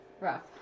Rough